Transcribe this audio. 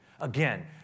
again